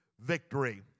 victory